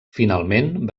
finalment